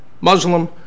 Muslim